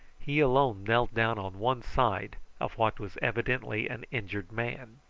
he alone knelt down on one side of what was evidently an injured man.